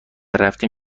رفتیم